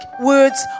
words